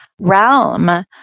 realm